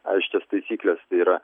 aiškias taisykles tai yra